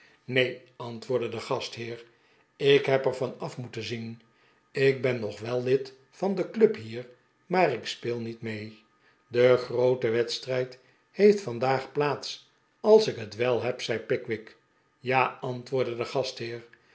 neen antwoordde de gastheer ik heb er van af moeten zien ik ben nog wel lid van de club hier maar ik speel niet meer mee de groote wedstrijd heeft vandaag plaats als ik het wel heb zei pickwick ja antwoordde de gastheer